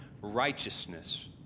righteousness